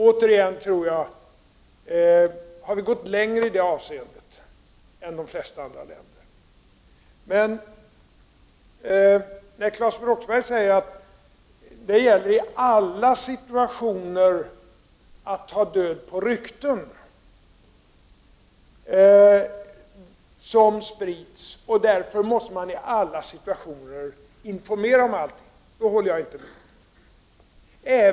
Återigen vill jag säga att jag tror att vi i detta avseende har gått längre än de flesta andra länder. Jag håller inte med Claes Roxbergh när han säger att man i alla situationer måste informera om allting för att ta död på rykten som sprids.